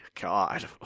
God